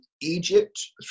Egypt